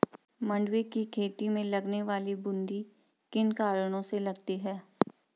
मंडुवे की खेती में लगने वाली बूंदी किन कारणों से लगती है?